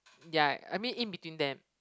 ya I mean in between them